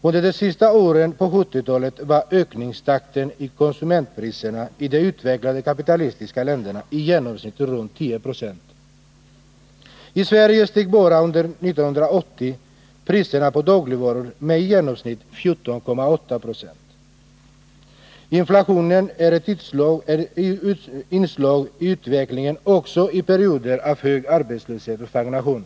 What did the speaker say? Under de sista åren på 1970-talet var ökningstakten i konsumentpriserna i de utvecklade kapitalistiska länderna i genomsnitt ca 10 96. I Sverige steg bara under 1980 priserna på dagligvaror med i genomsnitt 14,8 90. Inflationen är ett inslag i utvecklingen också i perioder av hög arbetslöshet och stagnation.